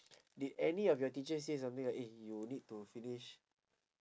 did any of your teachers say something like eh you will need to finish